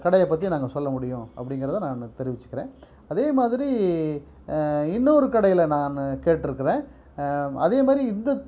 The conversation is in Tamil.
கடையை பற்றி நாங்கள் சொல்ல முடியும் அப்படிங்கிறத நான் தெரிவிச்சுக்கிறேன் அதே மாதிரி இன்னொரு கடையில் நானு கேட்டுருக்குறேன் அதே மாதிரி இந்த